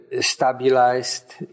stabilized